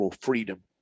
freedom